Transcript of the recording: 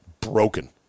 broken